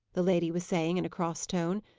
the lady was saying, in a cross tone.